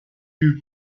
eut